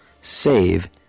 Save